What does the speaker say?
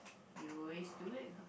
you always do it ah